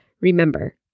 Remember